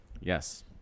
Yes